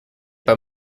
pas